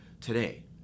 Today